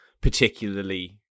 particularly